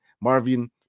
Marvin